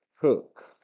cook